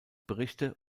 berichte